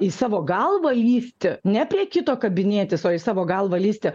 į savo galvą lįsti ne prie kito kabinėtis o į savo galvą lįsti